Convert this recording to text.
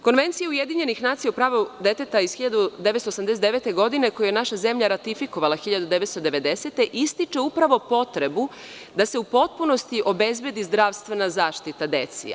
Konvencija UN o pravu deteta iz 1989. godine, koju je naša zemlja ratifikovala 1990. godine, ističe upravo potrebu da se u potpunosti obezbedi zdravstvena zaštita deci.